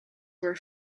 were